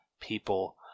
people